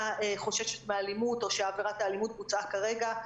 חוששת מאלימות או שעבירת האלימות בוצעה כרגע.